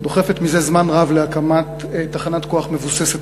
דוחפת מזה זמן רב להקמת תחנת כוח מבוססת